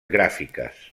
gràfiques